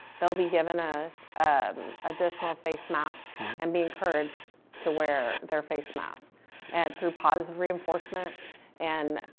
they'll be given a um additional face mask and be encouraged to wear their face masks and through positive reinforcement and